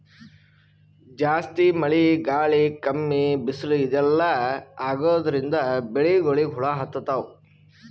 ಜಾಸ್ತಿ ಮಳಿ ಗಾಳಿ ಕಮ್ಮಿ ಬಿಸ್ಲ್ ಇದೆಲ್ಲಾ ಆಗಾದ್ರಿಂದ್ ಬೆಳಿಗೊಳಿಗ್ ಹುಳಾ ಹತ್ತತಾವ್